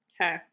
Okay